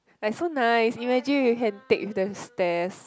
like so nice imagine we can take the stairs